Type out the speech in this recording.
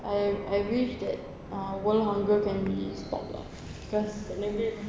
uh I wish that uh world hunger can be stopped lah cause